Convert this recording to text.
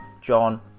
John